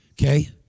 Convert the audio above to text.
Okay